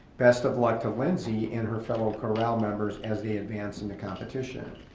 best of luck to lindsey and her fellow corral members as they advance in the competition.